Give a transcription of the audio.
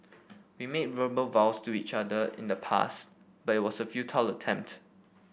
we made verbal vows to each other in the past but it was a futile attempt